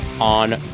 on